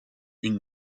une